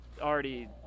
already